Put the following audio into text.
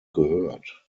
gehört